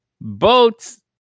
Boats